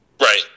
Right